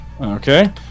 Okay